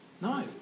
No